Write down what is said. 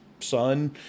son